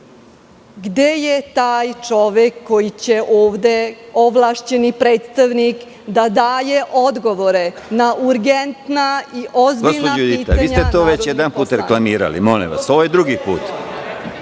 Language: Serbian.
Gde je taj čovek koji će ovde, ovlašćeni predstavnik, da daje odgovore na urgentna i ozbiljna pitanja?(Predsedavajući: